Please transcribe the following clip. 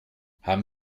haben